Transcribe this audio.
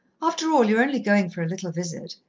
after all, you're only going for a little visit.